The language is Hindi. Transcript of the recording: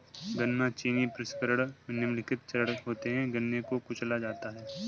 गन्ना चीनी प्रसंस्करण में निम्नलिखित चरण होते है गन्ने को कुचला जाता है